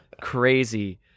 Crazy